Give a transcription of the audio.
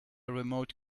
remote